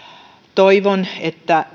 toivon että